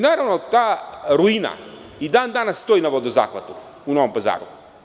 Naravno, ta ruina i dan danas stoji na vodozahvatu u Novom Pazaru.